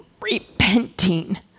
repenting